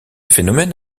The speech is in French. phénomène